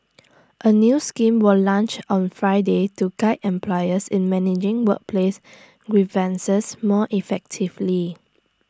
A new scheme was launched on Friday to guide employers in managing workplace grievances more effectively